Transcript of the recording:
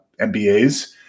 MBAs